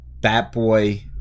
Batboy